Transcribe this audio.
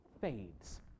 fades